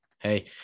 hey